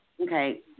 Okay